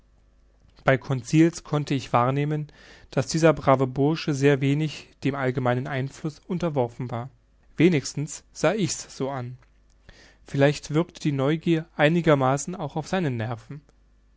bei conseil konnte ich wahrnehmen daß dieser brave bursche sehr wenig dem allgemeinen einfluß unterworfen war wenigstens sah ich's so an vielleicht wirkte die neugier einigermaßen auch auf seine nerven